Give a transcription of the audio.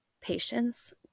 patience